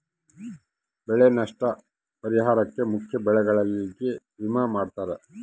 ಬೆಳೆ ನಷ್ಟ ಪರಿಹಾರುಕ್ಕ ಮುಖ್ಯ ಬೆಳೆಗಳಿಗೆ ವಿಮೆ ಮಾಡ್ತಾರ